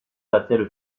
battaient